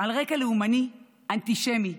על רקע לאומני, אנטישמי,